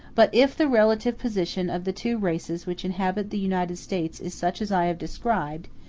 but if the relative position of the two races which inhabit the united states is such as i have described,